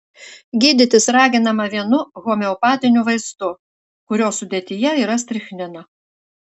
gydytis raginama vienu homeopatiniu vaistu kurio sudėtyje yra strichnino